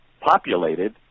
populated